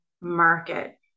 market